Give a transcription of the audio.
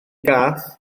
gath